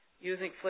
using